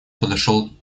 подошел